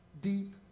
deep